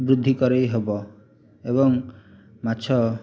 ବୃଦ୍ଧି କରାଇହେବ ଏବଂ ମାଛ